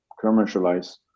commercialize